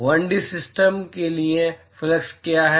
1 D system के लिए flux क्या है